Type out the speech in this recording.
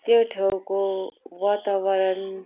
त्यो ठाउँको वातावरण